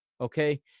okay